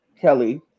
Kelly